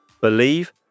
believe